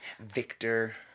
Victor